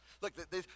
Look